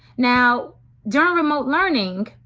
now during remote learning,